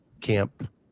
camp